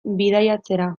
bidaiatzera